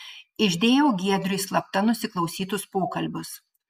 išdėjau giedriui slapta nusiklausytus pokalbius